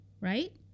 right